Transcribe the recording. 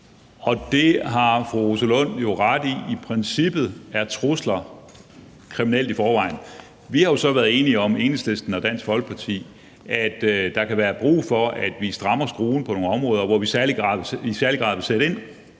Og det har fru Rosa Lund jo ret i. I princippet er trusler kriminelt i forvejen. Enhedslisten og Dansk Folkeparti har så været enige om, at der kan være brug for, at vi strammer skruen på nogle områder, hvor vi i særlig grad vil sætte ind,